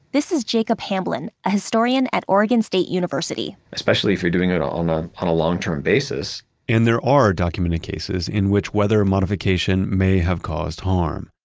this is jacob hamblin, a historian at oregon state university, especially if you're doing it on ah on a long-term basis and there are documented cases in which weather modification may have caused harm.